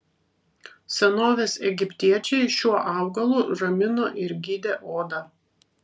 senovės egiptiečiai šiuo augalu ramino ir gydė odą